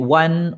one